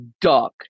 duck